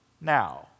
now